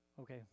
Okay